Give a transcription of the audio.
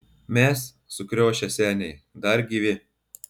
mes sukriošę seniai dar gyvi